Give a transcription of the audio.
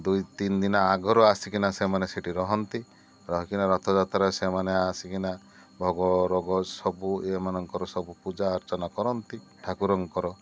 ଦୁଇ ତିନି ଦିନ ଆଗରୁ ଆସିକିନା ସେମାନେ ସେଠି ରହନ୍ତି ରହିକିନା ରଥଯାତ୍ରା ସେମାନେ ଆସିକିନା ଭୋଗ ରାଗ ସବୁ ଏମାନଙ୍କର ସବୁ ପୂଜା ଅର୍ଚ୍ଚନା କରନ୍ତି ଠାକୁରଙ୍କର